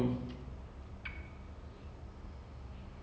அந்த மாரி இருந்தனால தான்:antha maari irunthanaala thaan it ran so well